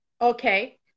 Okay